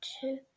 two